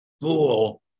fool